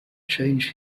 change